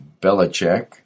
Belichick